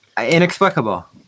Inexplicable